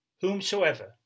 whomsoever